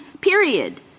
period